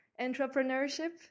entrepreneurship